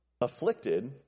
afflicted